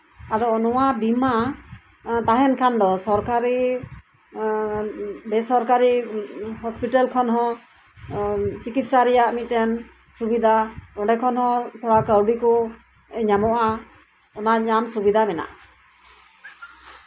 ᱟᱫᱚ ᱱᱚᱶᱟ ᱵᱤᱢᱟᱹ ᱛᱟᱦᱮᱱ ᱠᱷᱟᱱ ᱫᱚ ᱥᱚᱨᱠᱟᱨᱤ ᱮᱸ ᱵᱮᱼᱥᱚᱨᱠᱟᱨᱤ ᱦᱚᱸᱥᱯᱤᱴᱟᱞ ᱠᱷᱚᱱ ᱦᱚᱸ ᱚᱸ ᱪᱤᱠᱤᱥᱥᱟ ᱨᱮᱭᱟᱜ ᱢᱤᱫᱴᱮᱱ ᱥᱩᱵᱤᱫᱷᱟ ᱚᱸᱰᱮ ᱠᱷᱚᱱ ᱦᱚᱸ ᱛᱷᱚᱲᱟ ᱠᱟᱣᱰᱤ ᱠᱚ ᱧᱟᱢᱚᱜᱼᱟ ᱚᱱᱟ ᱧᱟᱢ ᱥᱩᱵᱤᱫᱷᱟ ᱢᱮᱱᱟᱜᱼᱟ